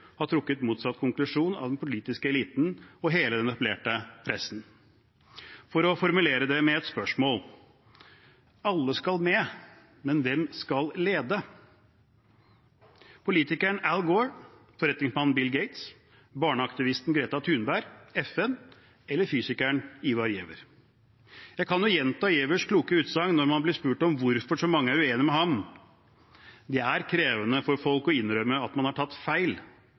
har trukket motsatt konklusjon av den politiske eliten og hele den etablerte pressen. For å formulere det med et spørsmål: Alle skal med, men hvem skal lede? Politikeren Al Gore, forretningsmannen Bill Gates, barneaktivisten Greta Thunberg, FN eller fysikeren Ivar Giæver? Jeg kan jo gjenta Giævers kloke utsagn når han blir spurt om hvorfor så mange er uenige med ham: Det er krevende for folk å innrømme at man har tatt feil,